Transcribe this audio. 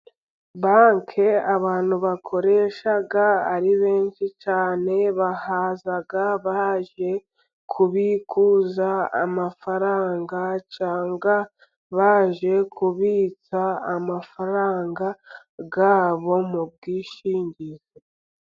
Banki abantu bakoresha ari benshi cyane, bahaza baje kubikuza amafaranga cyangwa baje kubitsa amafaranga yabo mu bwishingizi.